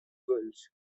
girls